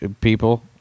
people